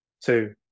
Two